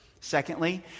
Secondly